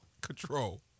control